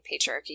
patriarchy